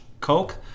Coke